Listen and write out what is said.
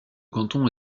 canton